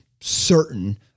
certain